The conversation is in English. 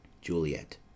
Juliet